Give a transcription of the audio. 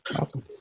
Awesome